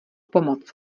pomoc